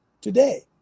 today